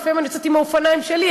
לפעמים אני יוצאת עם האופניים שלי,